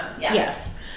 Yes